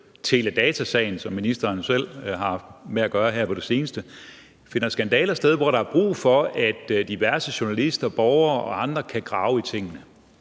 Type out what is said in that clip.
som ministeren jo selv har haft med at gøre her på det seneste – og hvor der er brug for, at diverse journalister, borgere og andre kan grave i tingene.